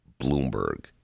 Bloomberg